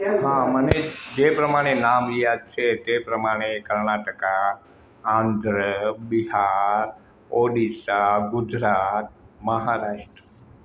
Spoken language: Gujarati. મને જે પ્રમાણે નામ યાદ છે એ પ્રમાણે કર્ણાટક આંધ્ર બિહાર ઓડિશા ગુજરાત મહારાષ્ટ્ર